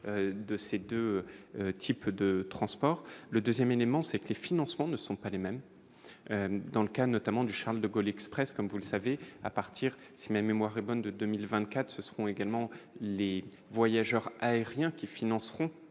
de ces 2 types de transport, le 2ème élément, c'est que les financements ne sont pas les mêmes dans le cas notamment du Charles-de-Gaulle Express comme vous le savez à partir si même mémoire est bonne, de 2024 ce sont également les voyageurs aériens qui financeront